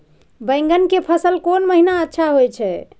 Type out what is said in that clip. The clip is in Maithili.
बैंगन के फसल कोन महिना अच्छा होय छै?